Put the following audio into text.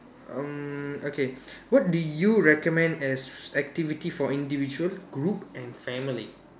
um okay what do you recommend as activity for individual group and family